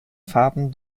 farben